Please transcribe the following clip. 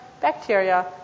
bacteria